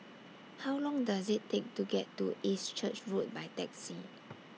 How Long Does IT Take to get to East Church Road By Taxi